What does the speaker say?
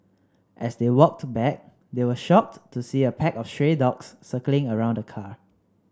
as they walked back they were shocked to see a pack of stray dogs circling around the car